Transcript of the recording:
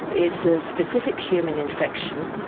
it's a specific human infection,